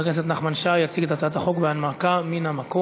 חבר הכנסת נחמן שי יציג את הצעת החוק בהנמקה מהמקום.